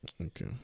Okay